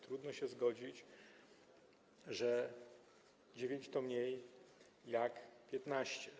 Trudno się nie zgodzić, że 9 to mniej niż 15.